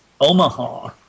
Omaha